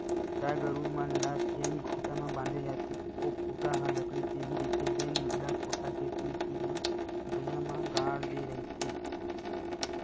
गाय गरूवा मन ल जेन खूटा म बांधे जाथे ओ खूटा ह लकड़ी के ही रहिथे जेन ल कोठा के तीर तीर म भुइयां म गाड़ दे रहिथे